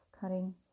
cutting